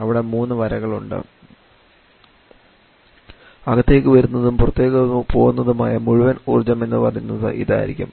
അവിടെ മൂന്ന് വരകൾ ഉണ്ട് അകത്തേക്ക് വരുന്നതും പുറത്തേക്ക് പോകുന്നതുമായ മുഴുവൻ ഊർജ്ജം എന്ന് പറയുന്നത് ഇതായിരിക്കും